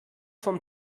vom